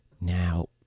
Now